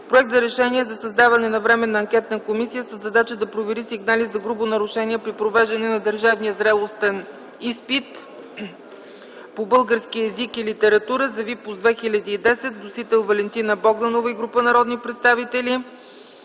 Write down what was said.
Проект за решение за създаване на Временна анкетна комисия със задача да провери сигналите за груби нарушения при провеждането на държавния зрелостен изпит по български език и литература за випуск 2010 г. Вносители са Валентина Богданова и група народни представители.